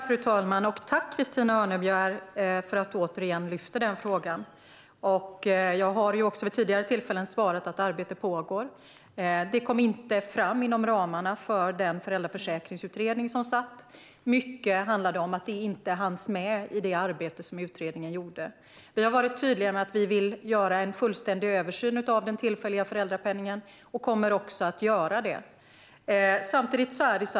Fru talman! Jag tackar Christina Örnebjär för att hon åter lyfter upp denna fråga. Jag har vid tidigare tillfällen svarat att arbete pågår. Det här kom inte fram inom ramarna för den föräldraförsäkringsutredning som satt, och det handlade mycket om att det inte hanns med i det arbete som utredningen gjorde. Vi har varit tydliga med att vi vill göra en fullständig översyn av den tillfälliga föräldrapenningen, och den kommer att göras.